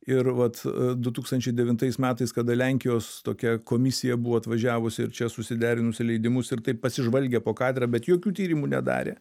ir vat du tūkstančiai devintais metais kada lenkijos tokia komisija buvo atvažiavusi ir čia susiderinusi leidimus ir taip pasižvalgė po katedrą bet jokių tyrimų nedarė